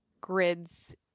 grids